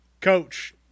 Coach